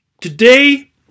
Today